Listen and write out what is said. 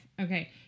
Okay